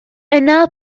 yna